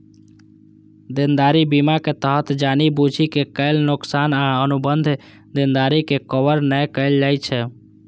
देनदारी बीमा के तहत जानि बूझि के कैल नोकसान आ अनुबंध देनदारी के कवर नै कैल जाइ छै